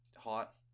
hot